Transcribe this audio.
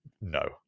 no